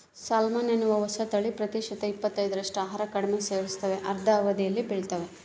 salmon ಎನ್ನುವ ಹೊಸತಳಿ ಪ್ರತಿಶತ ಇಪ್ಪತ್ತೈದರಷ್ಟು ಆಹಾರ ಕಡಿಮೆ ಸೇವಿಸ್ತಾವ ಅರ್ಧ ಅವಧಿಯಲ್ಲೇ ಬೆಳಿತಾವ